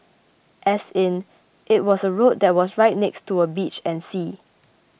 as in it was a road that was right next to a beach and sea